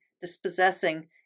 dispossessing